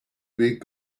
being